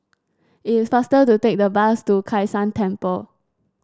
it is faster to take the bus to Kai San Temple